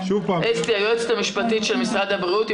היועצת המשפטית של משרד הבריאות.